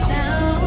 now